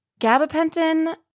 Gabapentin